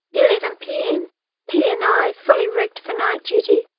eleven p m p. and i, fully rigged for night duty,